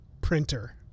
printer